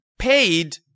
paid